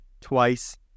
twice